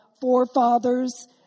forefathers